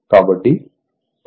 కాబట్టి 2Z 0